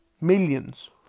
millions